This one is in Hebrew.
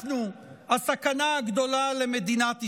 אנחנו הסכנה הגדולה למדינת ישראל.